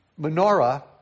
menorah